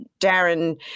Darren